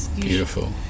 Beautiful